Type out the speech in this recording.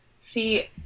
See